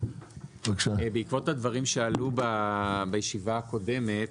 בעקבות הדברים שעלו בישיבה הקודמת,